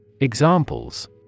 Examples